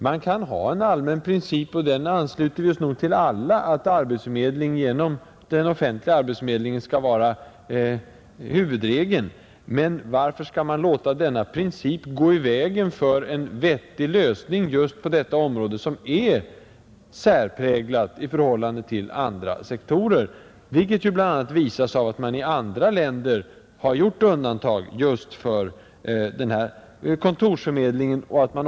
Man kan ha en allmän princip, och den ansluter vi oss nog till alla, att arbetsförmedling genom offentliga organ skall vara huvudregeln. Men varför skall man låta denna princip gå i vägen för en vettig lösning just på detta område, som är särpräglat i förhållande till andra sektorer. Detta visas ju av att man i andra länder gjort undantag just för kontorsförmedling.